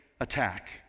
attack